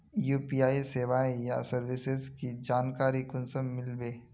UPI सेवाएँ या services की जानकारी कुंसम मिलबे?